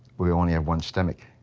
we only have one stomach,